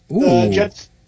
Jets